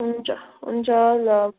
हुन्छ हुन्छ ल